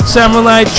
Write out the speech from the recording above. Samurai